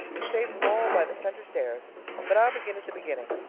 we saved them all by the center stairs but i'll begin at the beginning,